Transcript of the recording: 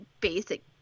basic